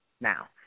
Now